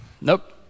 Nope